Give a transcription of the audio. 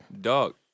Dog